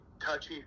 touchy